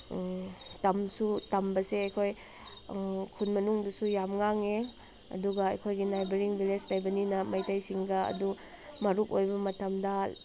ꯇꯝꯁꯨ ꯇꯝꯕꯁꯦ ꯑꯩꯈꯣꯏ ꯈꯨꯜ ꯃꯅꯨꯡꯗꯁꯨ ꯌꯥꯝ ꯉꯥꯡꯉꯦ ꯑꯗꯨꯒ ꯑꯩꯈꯣꯏꯒꯤ ꯅꯥꯏꯕꯔꯤꯡ ꯚꯤꯂꯦꯖ ꯂꯩꯕꯅꯤꯅ ꯃꯩꯇꯩ ꯁꯤꯡꯒ ꯑꯗꯨ ꯃꯔꯨꯞ ꯑꯣꯏꯕ ꯃꯇꯝꯗ